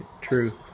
true